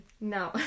No